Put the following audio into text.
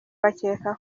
bakeka